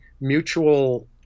mutual